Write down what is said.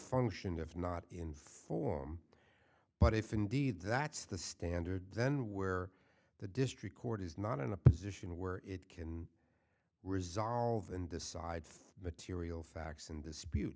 function if not in form but if indeed that's the standard then where the district court is not in a position where it can result in the side material facts and dispute